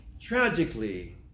tragically